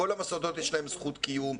לכל המוסדות יש זכות קיום,